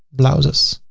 blouses,